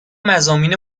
مضامین